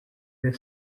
the